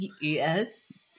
Yes